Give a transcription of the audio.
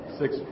Six